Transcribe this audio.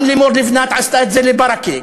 גם לימור לבנת עשתה את זה לברכה,